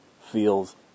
feels